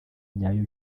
nyayo